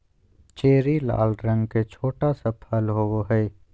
cherry लाल रंग के छोटा सा फल होबो हइ